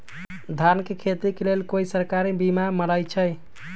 धान के खेती के लेल कोइ सरकारी बीमा मलैछई?